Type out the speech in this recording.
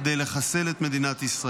כדי לחסל את מדינת ישראל.